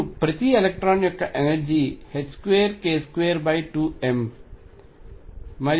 మరియు ప్రతి ఎలక్ట్రాన్ యొక్క ఎనర్జీ 2k22m